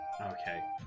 Okay